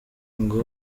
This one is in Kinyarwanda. ngo